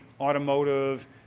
automotive